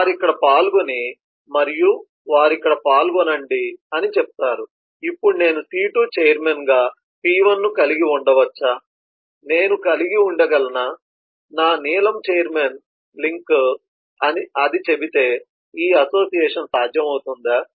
వారు ఇక్కడ పాల్గొని మరియు వారు ఇక్కడ పాల్గొనండి అని చెప్తారు ఇప్పుడు నేను C2 ఛైర్మన్గా P1 ను కలిగి ఉండవచ్చా నేను కలిగి ఉండగలనా నా నీలం ఛైర్మన్ లింక్ అని చెబితే ఈ అసోసియేషన్ సాధ్యమవుతుందా